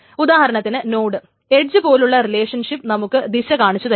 ഉദാഹരണത്തിന് node edge പോലുള്ള relationship നമുക്ക് ദിശ കാണിച്ചു തരും